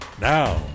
Now